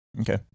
Okay